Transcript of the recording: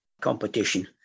competition